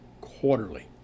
quarterly